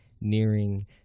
nearing